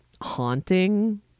haunting